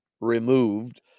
removed